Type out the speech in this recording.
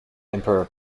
emperor